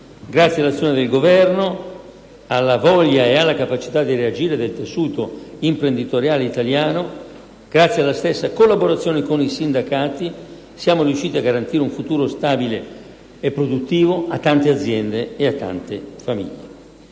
Grazie all'azione del Governo, alla voglia e alla capacità di reagire del tessuto imprenditoriale italiano e alla stretta collaborazione con i sindacati, siamo riusciti a garantire un futuro stabile e produttivo a tante aziende e a tante famiglie.